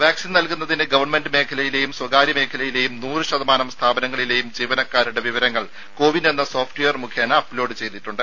vaccine നൽകുന്നതിന് government മേഖലയിലെയും സ്വകാര്യ മേഖലയിലെയും നൂറുശതമാനം സ്ഥാപനങ്ങളിലെയും ജീവനക്കാരുടെ വിവരങ്ങൾ കോവിൻ എന്ന സോഫ്റ്റ്വെയർ മുഖേന അപ്ലോഡ് ചെയ്തിട്ടുണ്ട്